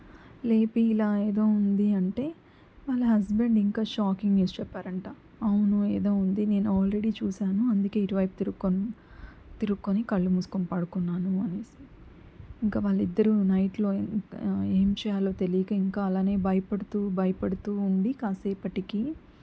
లేపి ఇలా ఏదో ఉంది అంటే వాళ్ళ హస్బెండ్ ఇంకా షాకింగ్ న్యూస్ చెప్పారంట అవును ఏదో ఉంది నేను ఆల్రెడీ చూసాను అందుకే ఇటు వైపు తిరుక్కొని తిరుక్కొని కళ్ళు మూసుకొని పడుకున్నాను అనేసి ఇంకా వాళ్ళిద్దరూ నైట్లో ఏం చేయాలో తెలియక ఇంకా అలానే భయపడుతూ భయపడుతూ ఉండి కాసేపటికి